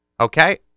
Okay